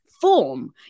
form